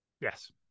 Yes